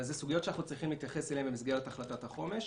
אבל אלו סוגיות שאנחנו צריכים להתייחס אליהן במסגרת החלטת החומש.